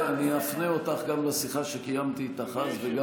זה, ואפנה אותך לשיחה שקיימתי איתך אז.